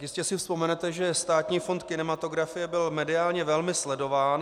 Jistě si vzpomenete, že Státní fond kinematografie byl mediálně velmi sledován.